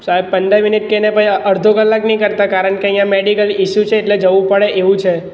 સાહેબ પંદર મિનિટ કહી ને પછી અડધો કલાક નહીં કરતાં કારણ કે અહીંયા મેડિકલ ઇસુ છે એટલે જવું પડે એવું છે